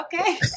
Okay